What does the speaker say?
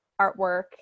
artwork